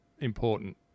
important